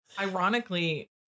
ironically